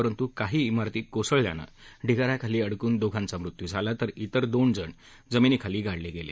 परंतु काही झारती कोसळल्यानं ढिगा याखाली अडकून दोघांचा मृत्यू झाला तर तिर दोन जण जमिनीखाली गाडले गेले